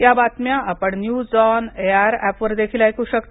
या बातम्या आपण news on A I R ऍपवर देखील ऐकू शकता